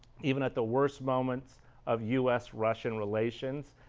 even at the worst moments of u s russian relations,